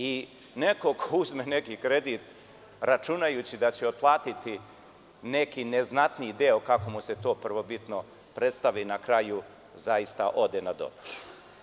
I, neko ko uzme neki kredit računajući da će platiti neki neznatniji deo kako mu se to prvobitno predstavi na kraju zaista ode na doboš.